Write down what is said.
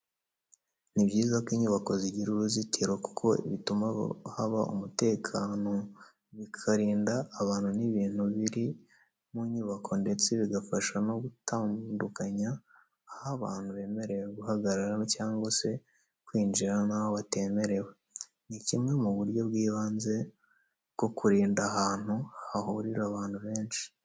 Ni byiza ko inyubako zigira uruzitiro kuko bituma haba umutekano, bikarinda abantu n'ibintu biri mu nyubako ndetse bigafasha no gutandukanya aho abantu bemerewe guhagarara cyangwa se kwinjira n'aho batemerewe. Ni kimwe mu buryo bw'ibanze bwo kurinda ahantu hahurira abantu benshi.